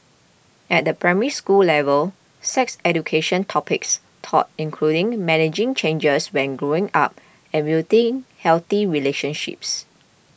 at the Primary School level sex education topics taught include managing changes when growing up and building healthy relationships